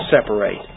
separate